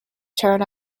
turned